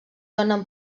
donen